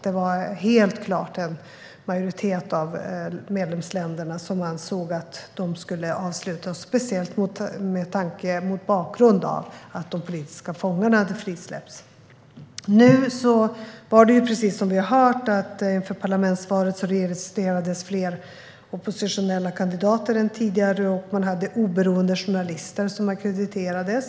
Det var helt klart en majoritet av medlemsländerna som ansåg att de skulle avslutas, speciellt mot bakgrund av att de politiska fångarna hade frisläppts. Nu var det, precis som vi har hört, så att inför parlamentsvalet registrerades fler oppositionella kandidater än tidigare, och man hade oberoende journalister som ackrediterades.